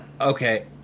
Okay